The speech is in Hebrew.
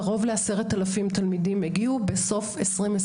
קרוב ל-10,000 תלמידים הגיעו בסוף 2021,